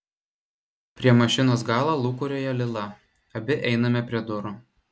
prie mašinos galo lūkuriuoja lila abi einame prie durų